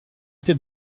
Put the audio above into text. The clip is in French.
été